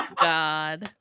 God